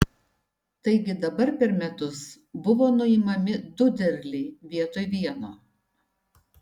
taigi dabar per metus buvo nuimami du derliai vietoj vieno